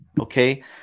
Okay